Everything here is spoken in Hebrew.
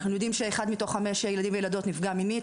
אנחנו יודעים שאחד מתוך חמישה ילדים וילדות נפגע מינית,